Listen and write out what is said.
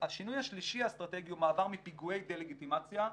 השינוי השלישי האסטרטגי הוא מעבר מפיגועי דה לגיטימציה,